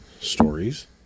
stories